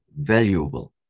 valuable